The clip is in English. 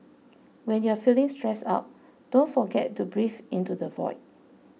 when you are feeling stressed out don't forget to breathe into the void